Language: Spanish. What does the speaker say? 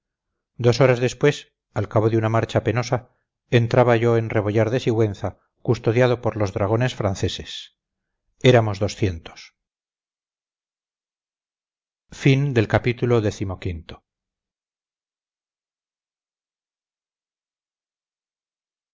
dos horas después al cabo de una marcha penosa entraba yo en rebollar de sigüenza custodiado por los dragones franceses éramos doscientos